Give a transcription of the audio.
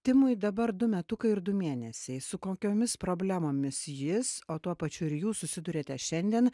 timui dabar du metukai ir du mėnesiai su kokiomis problemomis jis o tuo pačiu ir jūs susiduriate šiandien